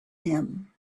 him